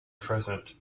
present